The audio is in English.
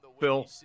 Bill